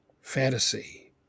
fantasy